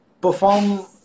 perform